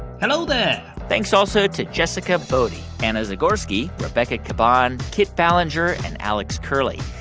hello there thanks also to jessica boddy, anna zagorski, rebecca caban, kit ballenger and alex curley.